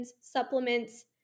supplements